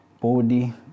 body